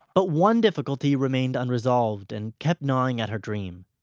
but one difficulty remained unresolved, and kept gnawing at her dream.